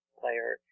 player